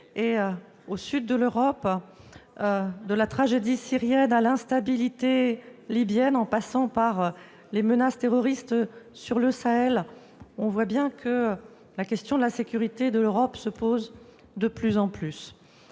au sud de l'Europe, de la tragédie syrienne à l'instabilité libyenne en passant par les menaces terroristes sur le Sahel, la question de la sécurité de l'Europe se pose de plus en plus.